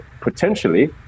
potentially